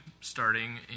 starting